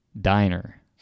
diner